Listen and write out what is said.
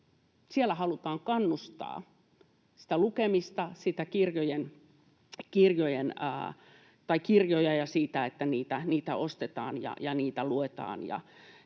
Siellä halutaan kannustaa lukemista ja sitä, että kirjoja ostetaan ja niitä luetaan.